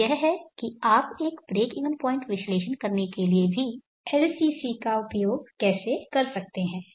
तो यह है कि आप एक ब्रेकइवन पॉइंट विश्लेषण करने के लिए भी LCC का उपयोग कैसे कर सकते हैं